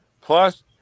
plus